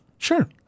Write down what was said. Sure